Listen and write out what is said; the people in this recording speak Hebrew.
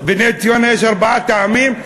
בנס-ציונה יש ארבעה טעמים,